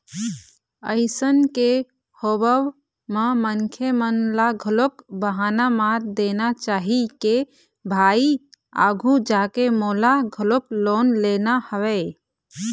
अइसन के होवब म मनखे मन ल घलोक बहाना मार देना चाही के भाई आघू जाके मोला घलोक लोन लेना हवय